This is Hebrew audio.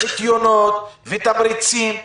--- ותמריצים.